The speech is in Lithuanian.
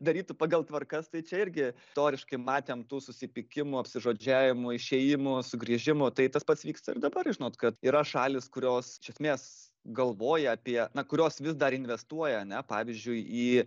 darytų pagal tvarkas tai čia irgi teoriškai matėm tų susipykimų apsižodžiavimų išėjimų sugrįžimų tai tas pats vyksta ir dabar žinot kad yra šalys kurios iš esmės galvoja apie na kurios vis dar investuoja ane pavyzdžiui į